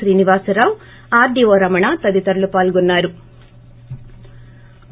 Srinivasarao RDO Ramana తదితరులు పాల్గొన్సారు